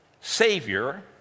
Savior